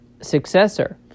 successor